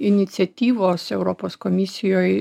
iniciatyvos europos komisijoj